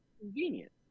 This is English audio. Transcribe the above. convenient